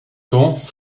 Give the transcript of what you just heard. temps